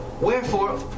Wherefore